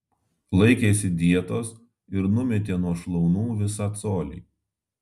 laikėsi dietos ir numetė nuo šlaunų visą colį